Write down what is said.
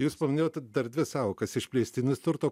jūs paminėjot dar dvi sąvokas išplėstinis turto